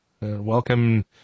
Welcome